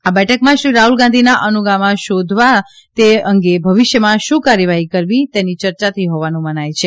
આ બેઠકમાં શ્રી રાહુલ ગાંધીના અનુગામા શોધવા તે અંગે ભવિષ્યમાં શું કાર્યવાહી કરવી તેની ચર્ચા થઈ હોવાનું મનાય છે